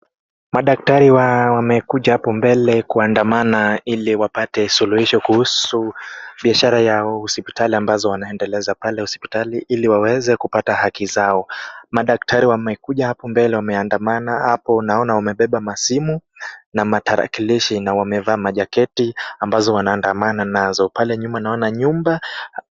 Madaktari wamekuja hapo mbele kuandamana ili wapate suluhisho kuhusu mishahara ya hospitali ambazo wanaendeleza pale hospitali ili waweze kupata haki zao. Madaktari wamekuja hapo mbele wameandamana hapo naona wamebeba masimu na matarakilishi na wamevaa majaketi ambazo wanaandamana nazo, pale nyuma naona nyumba.